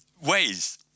ways